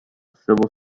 civil